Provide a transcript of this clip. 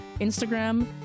Instagram